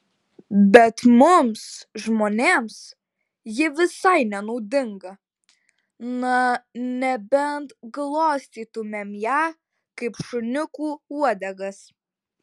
bet mums žmonėms ji visai nenaudinga na nebent glostytumėm ją kaip šuniukų uodegas